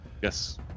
Yes